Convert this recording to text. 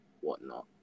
whatnot